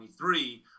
2023